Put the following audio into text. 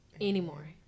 anymore